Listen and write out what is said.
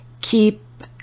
Keep